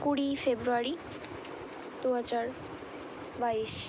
কুড়ি ফেব্রুয়ারি দু হাজার বাইশ